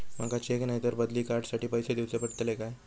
माका चेक नाय तर बदली कार्ड साठी पैसे दीवचे पडतले काय?